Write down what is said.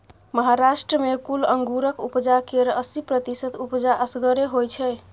महाराष्ट्र मे कुल अंगुरक उपजा केर अस्सी प्रतिशत उपजा असगरे होइ छै